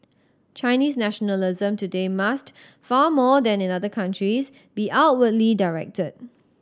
Chinese nationalism today must far more than in other countries be outwardly directed